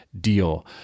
deal